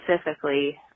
specifically